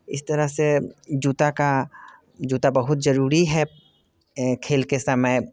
इस तरह से जूता का जूता बहुत ज़रूरी है खेल के समय